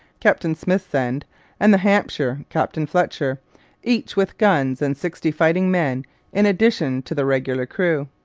captain smithsend and the hampshire, captain fletcher each with guns and sixty fighting men in addition to the regular crew.